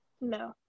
no